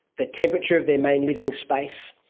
the temperature of their main living space.